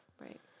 Right